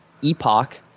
epoch